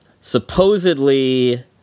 supposedly